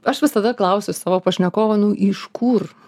aš visada klausiu savo pašnekovą nu iš kur